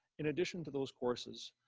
in addition to those courses,